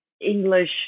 English